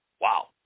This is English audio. Wow